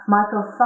Michael